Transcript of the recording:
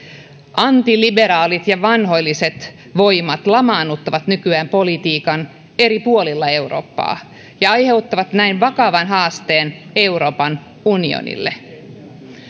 antiliberaalit ja vanhoilliset voimat lamaannuttavat nykyään politiikan eri puolilla eurooppaa ja aiheuttavat näin vakavan haasteen euroopan unionille